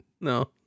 No